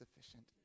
sufficient